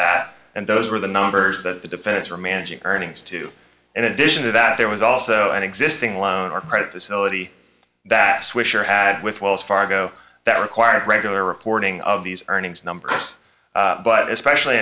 that and those were the numbers that the defense were managing earnings too and in addition to that there was also an existing loan or credit facility that swisher had with wells fargo that required regular reporting of these earnings numbers but especially